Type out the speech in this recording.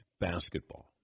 basketball